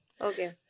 Okay